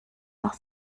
nach